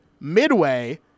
Midway